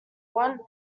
won